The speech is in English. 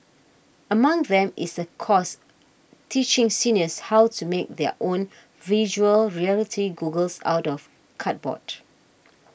among them is a course teaching seniors how to make their own Virtual Reality goggles out of cardboard